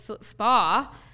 spa